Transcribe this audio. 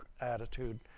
attitude